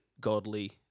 godly